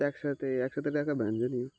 একসাথে একসাথে রাখা বাঞ্ছনীয়